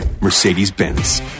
Mercedes-Benz